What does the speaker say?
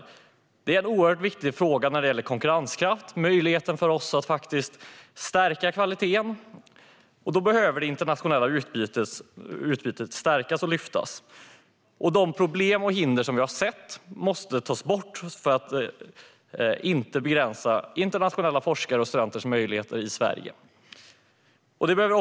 Möjligheten för oss att faktiskt stärka kvaliteten är en oerhört viktig fråga när det gäller konkurrenskraft, och då behöver det internationella utbytet stärkas. De problem och hinder vi har sett måste tas bort för att internationella forskares och studenters möjligheter i Sverige inte ska begränsas.